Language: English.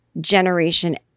generation